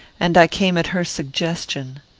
and i came at her suggestion.